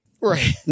Right